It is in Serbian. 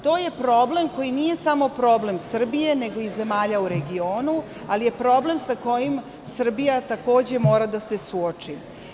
To je problem koji nije samo problem Srbije, nego i zemalja u regionu, ali je problem sa kojim Srbija takođe mora da se suoči.